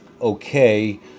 okay